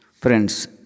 Friends